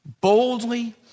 boldly